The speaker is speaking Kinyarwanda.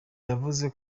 yavuze